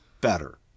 Better